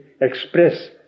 express